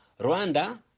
Rwanda